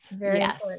Yes